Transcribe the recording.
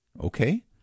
Okay